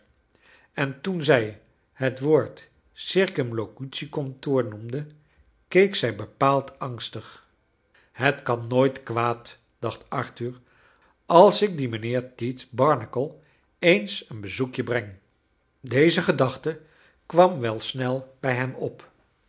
en toen zij het woord circumlocutiekantoor noemde keek zij bepaald angstig het kan nooit kwaad dacht arthur als ik dien mijnheer tite barnacle eens een bezoek breng deze gedachte kwam wel snel bij hem op